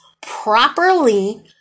properly